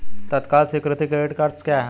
तत्काल स्वीकृति credit cards क्या हैं?